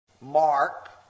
Mark